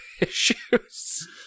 issues